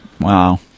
wow